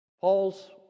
Paul's